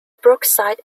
brookside